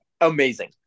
amazing